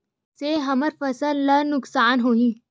से हमर फसल ला नुकसान होही?